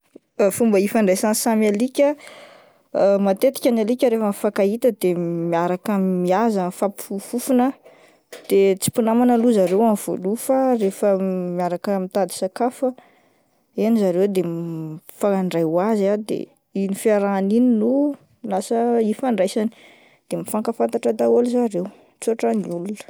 Fomba ifandraisan'ny samy alika matetika ny alika rehefa mifankahita dia miaraka mihaza ,mifampifofofofona de tsy mpinamana lo zareo amin'ny voalo fa rehefa miaraka mitady sakafo ah, eny zareo de mifandray ho azy, de iny fiarahana iny no lasa ifandraisany de mifankafatatra daholo zareo ,tsy otran'ny olona.